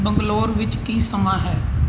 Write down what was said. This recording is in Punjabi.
ਬੰਗਲੌਰ ਵਿੱਚ ਕੀ ਸਮਾਂ ਹੈ